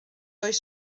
oes